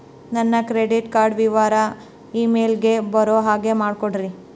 ನನಗೆ credit card ವಿವರ email ಗೆ ಬರೋ ಹಾಗೆ ಮಾಡಿಕೊಡ್ರಿ?